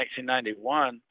1991